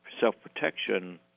self-protection